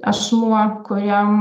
asmuo kuriam